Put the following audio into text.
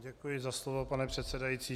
Děkuji za slovo, pane předsedající.